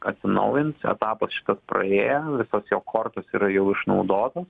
atsinaujins etapas šitas praėjo visos jo kortos yra jau išnaudotos